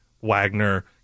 Wagner